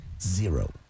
Zero